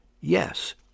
Yes